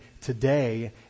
today